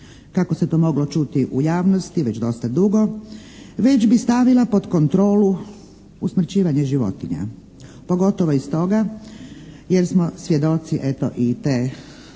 kako se to moglo čuti u javnosti već dosta dugo, već bi stavila pod kontrolu usmrćivanje životinja. Pogotovo i s toga jer smo svjedoci eto i te